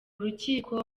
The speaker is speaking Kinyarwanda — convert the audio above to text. rukiko